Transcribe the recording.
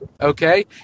okay